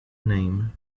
name